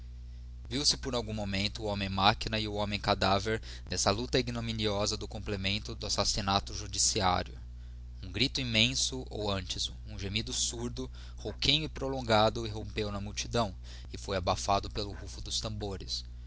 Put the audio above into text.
executor viu-se por algum tempo o homem machina e o homem cadáver nessa luta ignominiosa do complemento do assassinato judiciário um grito immenso ou antes um gemido surdo rouquenho e prolongado irrompeu da multidão e foi abafado pelo rulo dos tambores